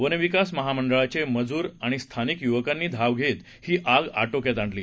वनविकास महामंडळाचे मजूर आणि स्थानिक युवकांनी धाव घेत ही आग आटोक्यात आणली